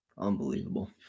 Unbelievable